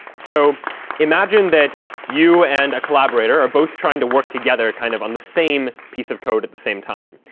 so imagine that you and a collaborator are both trying to work together kind of on the same piece of code at the same time.